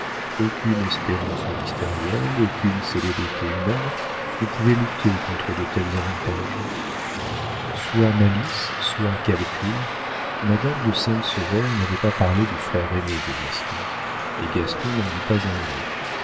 aucune espérance ministérielle aucune célébrité humaine ne pouvait lutter contre de tels avantages soit malice soit calcul madame de sainte sevère n'avait pas parlé du frère aîné de gaston et gaston n'en dit pas un mot